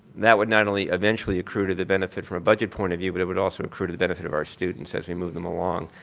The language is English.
that would not only eventually accrue to the benefit from a budget point of view but it would also accrue to the benefit of our students as we moved them along.